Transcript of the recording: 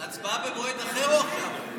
במועד אחר או עכשיו?